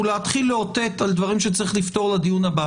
להתחיל לאותת על דברים שצריך לפתור לדיון הבא.